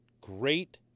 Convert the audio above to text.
great